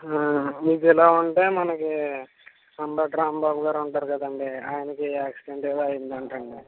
మీకు ఎలా ఉంటే మనకి అందాక రాంబాబుగారు ఉంటారు కదండీ ఆయనకి యాక్సిడెంట్ ఏదో అయిందంటండి